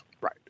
Right